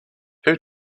who